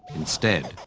instead,